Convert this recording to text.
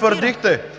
ПРЕДСЕДАТЕЛ